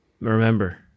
remember